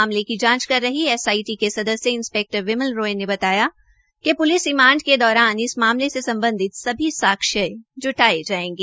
मामले की जांच करे एसआईटी के सदस्य इंस्पैक्टर विमल राय ने बताया कि प्लिस रिमांड के दौरान इस मामले से सम्बधित सभी साक्ष्य ज्टाये जायेंगे